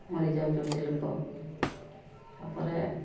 ମରିଯାଉଚନ୍ତି ଲୋକ ତା'ପରେ